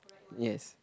yes